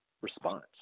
response